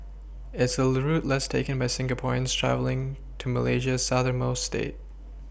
it's a route less taken by Singaporeans travelling to Malaysia's southernmost state